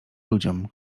ludziom